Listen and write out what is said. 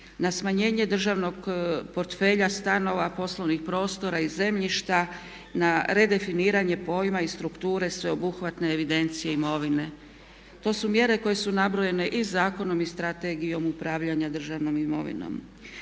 na smanjenje državnog portfelja, stanova, poslovnih prostora i zemljišta, na redefiniranje pojma i strukture sveobuhvatne evidencije imovine. To su mjere koje su nabrojene i Zakonom i Strategijom upravljanja državnom imovinom.